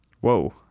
Whoa